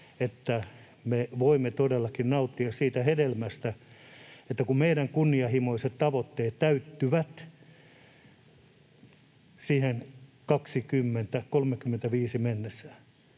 me voimme todellakin nauttia siitä hedelmästä, että meidän kunnianhimoiset tavoitteet täyttyvät siihen 2035:een mennessä,